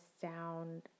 sound